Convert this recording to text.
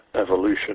evolution